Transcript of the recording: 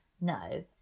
No